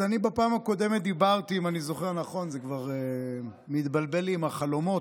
אם אני זוכר נכון, זה כבר מתבלבל לי עם החלומות,